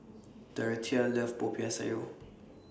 Dorathea loves Popiah Sayur